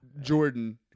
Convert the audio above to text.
Jordan